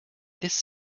this